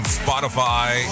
spotify